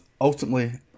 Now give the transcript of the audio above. ultimately